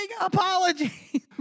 apology